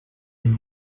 iyo